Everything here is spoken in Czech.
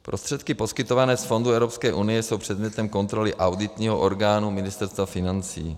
Prostředky poskytované z fondů Evropské unie jsou předmětem kontroly auditního orgánu Ministerstva financí.